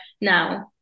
Now